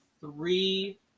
three